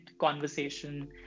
conversation